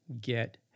get